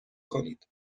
کنید